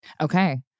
Okay